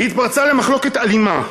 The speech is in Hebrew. היא התפרצה למחלוקת אלימה.